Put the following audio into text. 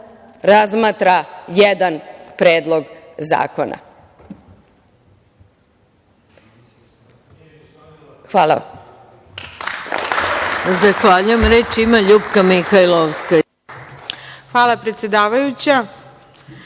razmatra jedan predlog zakona. Hvala